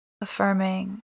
Affirming